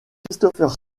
christopher